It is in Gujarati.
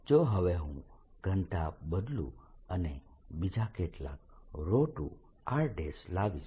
જો હવે હું ઘનતા બદલું અને બીજા કેટલાક 2r લાવીશ